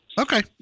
Okay